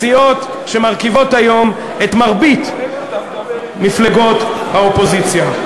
סיעות שמרכיבות היום את מרבית מפלגות האופוזיציה.